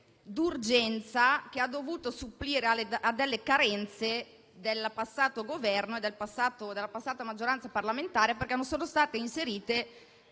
d'urgenza, che ha dovuto supplire alle carenze del passato Governo e della passata maggioranza parlamentare, perché non sono state inserite